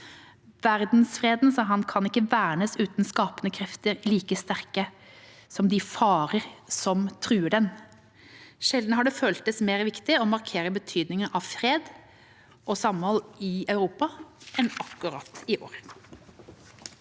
Verdensfreden kan ikke vernes uten skapende krefter like sterke som de farer som truer den. Sjelden har det føltes mer viktig å markere betydningen av fred og samhold i Europa enn akkurat i år.